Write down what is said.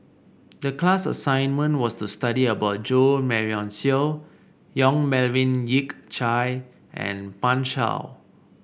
the class assignment was to study about Jo Marion Seow Yong Melvin Yik Chye and Pan Shou